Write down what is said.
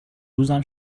روزم